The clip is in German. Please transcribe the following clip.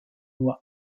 nur